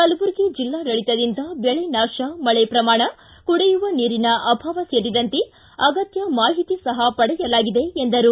ಕಲಬುರಗಿ ಜಿಲ್ಲಾಡಳಿತದಿಂದ ಬೆಳೆ ನಾಶ ಮಳೆ ಪ್ರಮಾಣ ಕುಡಿಯುವ ನೀರಿನ ಅಭಾವ ಸೇರಿದಂತೆ ಅಗತ್ಯ ಮಾಹಿತಿ ಸಹ ಪಡೆಯಲಾಗಿದೆ ಎಂದರು